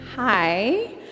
Hi